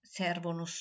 servono